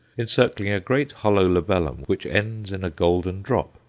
encircling a great hollow labellum which ends in a golden drop.